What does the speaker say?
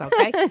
okay